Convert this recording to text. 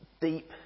deep